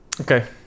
okay